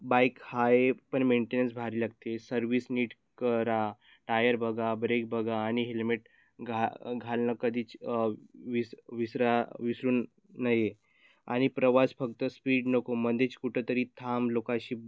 व बाईक आहे पण मेंटेनन्स भारी लागते सर्विस नीट करा टायर बघा ब्रेक बघा आणि हेल्मेट घा घालणं कधीच विस विसरा विसरू नये आणि प्रवास फक्त स्पीड नको मध्येच कुठंतरी थांब लोकांशी